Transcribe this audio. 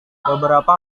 beberapa